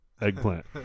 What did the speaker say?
eggplant